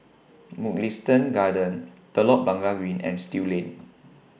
Mugliston Gardens Telok Blangah Green and Still Lane